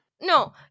No